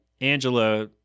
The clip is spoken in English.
Angela